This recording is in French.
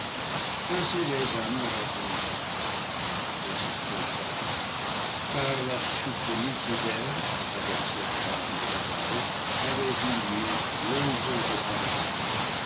ainsi les hommes le racontaient en se trompant car la chute de mulciber avec cette bande rebelle avait eu lieu longtemps